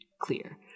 clear